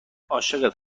عاشقت